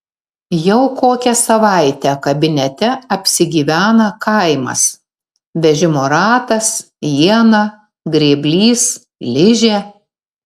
jau kokią savaitę kabinete apsigyvena kaimas vežimo ratas iena grėblys ližė